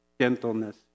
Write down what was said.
gentleness